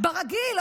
ברגיל,